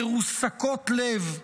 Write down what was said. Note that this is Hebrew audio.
מרוסקות לב,